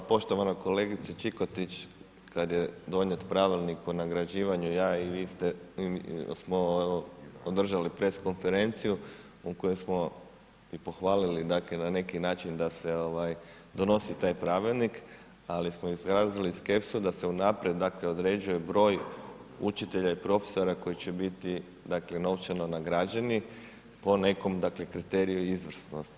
Pa poštovana kolegice Čikotić, kad je donijet Pravilnik o nagrađivanju, ja i vi ste, smo održali pres konferenciju u kojoj smo i pohvalili, dakle, na neki način da se donosi taj pravilnik, ali smo izrazili skepsu da se unaprijed, dakle, određuje učitelja i profesora koji će biti, dakle, novčano nagrađeno po nekom, dakle, kriteriju izvrsnosti.